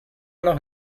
noch